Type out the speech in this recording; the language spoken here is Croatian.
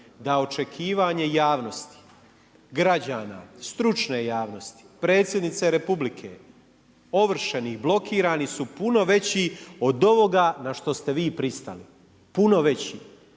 da očekivanje javnosti građana, stručne javnosti, Predsjednice Republike, ovršenih, blokirani su puno veći od ovoga na što ste vi pristali, puno veći.